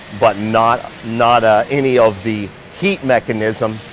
but not not ah any of the heat mechanism,